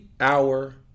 hour